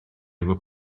fod